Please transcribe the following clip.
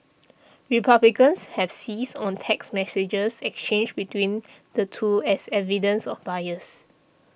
republicans have seized on text messages exchanged between the two as evidence of bias